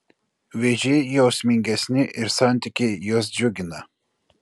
vėžiai jausmingesni ir santykiai juos džiugina